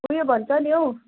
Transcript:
उयो भन्छ नि हो